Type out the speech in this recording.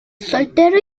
soltero